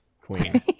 queen